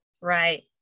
Right